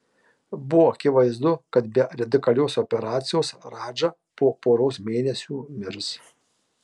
buvo akivaizdu kad be radikalios operacijos radža po poros mėnesių mirs